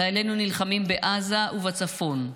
חיילנו נלחמים בעזה ובצפון,